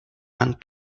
and